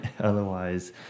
Otherwise